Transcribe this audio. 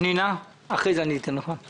פנינה תמנו, בבקשה.